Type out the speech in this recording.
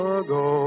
ago